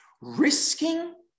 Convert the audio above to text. Risking